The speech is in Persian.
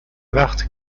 وقت